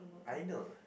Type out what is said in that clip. I know